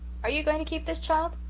are you going to keep this child?